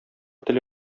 теле